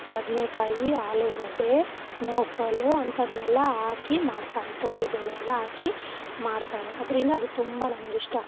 ಬದನೇಕಾಯಿ ಆಲೂಗಡ್ಡೆ ನೋಕೊಲು ಅಂಥದ್ನೆಲ್ಲ ಹಾಕಿ ಮಾಡ್ತಾರೆ ತೊಗರಿಬೇಳೆ ಎಲ್ಲ ಹಾಕಿ ಮಾಡ್ತಾರೆ ಆದ್ರಿಂದ ಅದು ತುಂಬ ನನಗಿಷ್ಟ